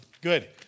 Good